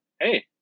hey